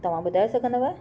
तव्हां ॿुधाए सघंदव